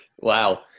Wow